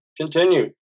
continued